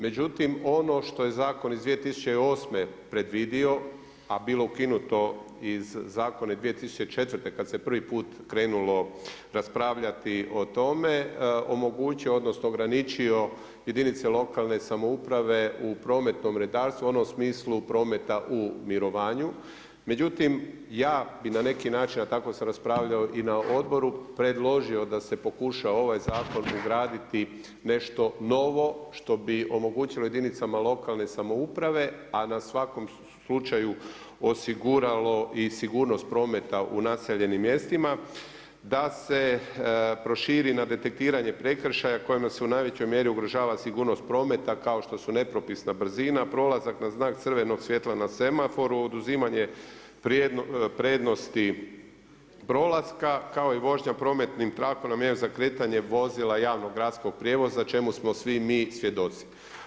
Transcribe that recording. Međutim, ono što je zakon iz 2008. predvidio a bilo je ukinuto iz zakona iz 2004. kad se prvi put krenulo raspravljati o tome, omogućio odnosno ograničio jedinice lokalne samouprave u prometnom redarstvu u onom smislu prometa u mirovanju, međutim ja bi na neki način a tako sam raspravljao i na odboru, predložio da se pokuša u ovaj zakon ugraditi nešto novo što bi omogućilo jedinicama lokalne samouprave a na svakom slučaju osiguralo i sigurnost prometa u naseljenim mjestima, da se proširi na detektiranje prekršaja kojime su u najvećoj mjeri ugrožava sigurnost prometa kao što su nepropisna brzina, prolazak na znak crvenog svjetla na semaforu, oduzimanje prednosti prolaska kao i vožnja prometnih trakom namijenjenim za kretanje vozila javnog gradskog prijevoza čemu smo svi mi svjedoci.